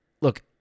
Look